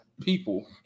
people